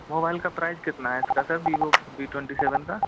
mobile का price कितना है इसका sir Vivo V twenty seven का